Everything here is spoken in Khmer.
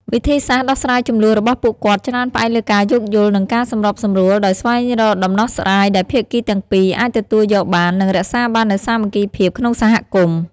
វិធីសាស្រ្តដោះស្រាយជម្លោះរបស់ពួកគាត់ច្រើនផ្អែកលើការយោគយល់ និងការសម្របសម្រួល ដោយស្វែងរកដំណោះស្រាយដែលភាគីទាំងពីរអាចទទួលយកបាន និងរក្សាបាននូវសាមគ្គីភាពក្នុងសហគមន៍។